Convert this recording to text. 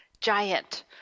giant